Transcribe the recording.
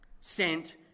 Sent